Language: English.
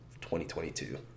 2022